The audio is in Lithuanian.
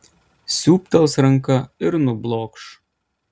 siūbtels ranka ir nublokš